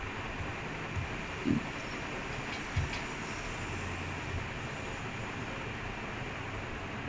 so like interjections is like uh something like oh you add before after is like oh !aiya! something like that that's